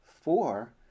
Four